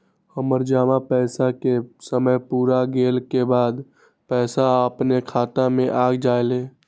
हमर जमा पैसा के समय पुर गेल के बाद पैसा अपने खाता पर आ जाले?